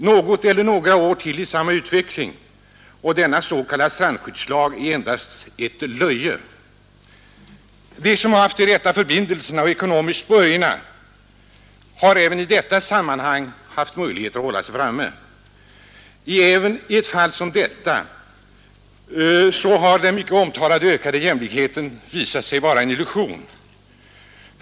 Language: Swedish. Något eller några år till med samma utveckling och den s.k. strandskyddslagen är endast till löje. De som haft de rätta förbindelserna och är ekonomiskt burgna har i detta sammanhang haft möjligheter att hålla sig framme. Även i ett fall som detta har den mycket omtalade ökade jämlikheten visat sig vara en illusion.